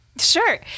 Sure